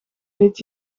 dit